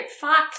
fox